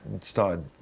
started